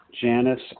Janice